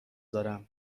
دارم